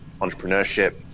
entrepreneurship